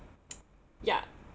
ya